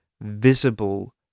visible